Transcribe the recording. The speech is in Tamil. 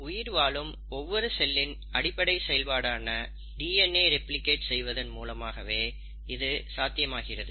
உயிர் வாழும் ஒவ்வொரு செல்லின் அடிப்படை செயல்பாடான டிஎன்ஏ வை ரெப்ளிகேட் செய்வதன் மூலமாகவே இது சாத்தியமாகிறது